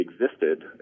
existed